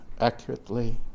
accurately